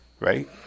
Right